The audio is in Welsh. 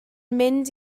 mynd